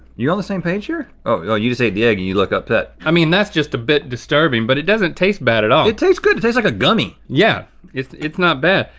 you on the same page here? oh you just ate the egg and you look upset. i mean that's just a bit disturbing but it doesn't taste bad at all. it tastes good, it tastes like a gummy. yeah, it's it's not bad.